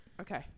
Okay